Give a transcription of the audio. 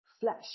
Flash